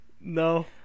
No